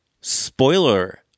spoiler